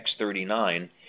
X39